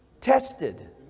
tested